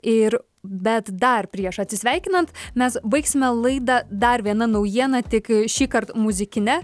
ir bet dar prieš atsisveikinant mes baigsime laidą dar viena naujiena tik šįkart muzikine